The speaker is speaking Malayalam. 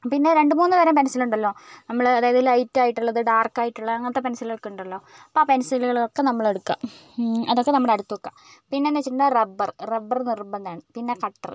പിന്നെ രണ്ടു മൂന്നു തരം പെൻസിൽ ഉണ്ടല്ലോ നമ്മൾ അതായത് ലൈറ്റ് ആയിട്ടുള്ളത് ഡാർക്ക് ആയിട്ടുള്ളത് അങ്ങനത്തെ പെൻസിലുകളൊക്കെ ഉണ്ടല്ലോ അപ്പം ആ പെൻസിലുകളൊക്കെ നമ്മൾ എടുക്കുക അതൊക്കെ നമ്മുടെ അടുത്ത് വെക്കുക പിന്നെന്നു വെച്ചിട്ടുണ്ടെങ്കിൽ റബ്ബറ് റബ്ബറ് നിർബന്ധമാണ് പിന്നെ കട്ടറ്